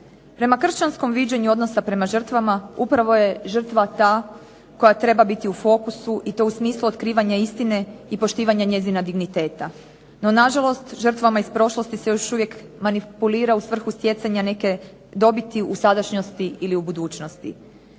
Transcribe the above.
Prema kršćanskom viđenju odnosa prema žrtvama upravo je žrtva ta koja treba biti u fokusu i to u smislu otkrivanja istine i poštivanja njenog digniteta. NO na žalost, žrtvama iz prošlosti se još uvijek manipulira u svrhu stjecanja neke dobiti u sadašnjosti ili budućnosti.